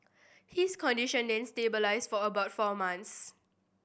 his condition then stabilised for about four months